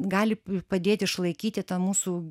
gali padėti išlaikyti tą mūsų